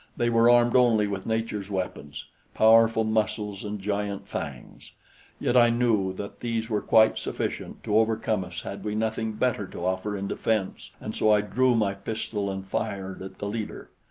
they were armed only with nature's weapons powerful muscles and giant fangs yet i knew that these were quite sufficient to overcome us had we nothing better to offer in defense, and so i drew my pistol and fired at the leader.